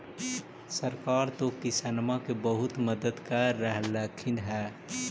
सरकार तो किसानमा के बहुते मदद कर रहल्खिन ह?